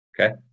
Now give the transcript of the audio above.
Okay